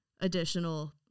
additional